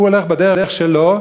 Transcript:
הוא הולך בדרך שלו,